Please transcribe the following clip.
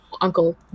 uncle